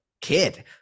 kid